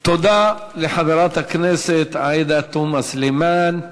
תודה לחברת הכנסת עאידה תומא סלימאן.